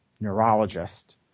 neurologist